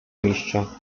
mistrza